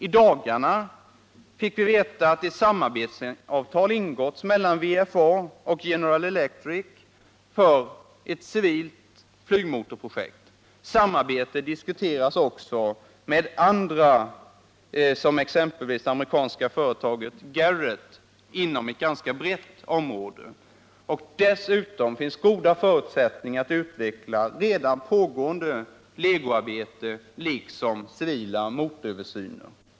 I dagarna har vi fått veta att ett samarbetsavtal ingåtts mellan VFA och General Electric om ett civilt flygmotorprojekt. Samarbete diskuteras också med andra, exempelvis det amerikanska företaget Garret, inom ett ganska brett område. Dessutom finns goda förutsättningar att utveckla redan pågående legoarbete liksom civila motoröversyner.